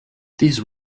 these